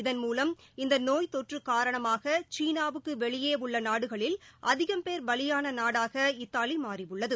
இதன் மூலம் இந்த நோய்த்தொற்று காரணமாக சீனாவுக்கு வெளியே உள்ள நாடுகளில் அதிகம்பேர் பலியான நாடாகா இத்தாலி மாறியுள்ளது